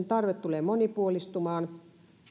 tarve tulee monipuolistumaan